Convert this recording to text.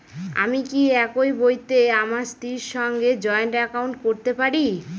আমি কি একই বইতে আমার স্ত্রীর সঙ্গে জয়েন্ট একাউন্ট করতে পারি?